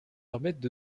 permettent